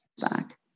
back